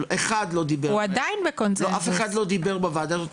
אף אחד לא דיבר על זה.